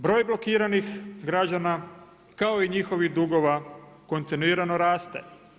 Broj blokiranih građana kao i njihovih dugova kontinuirano raste.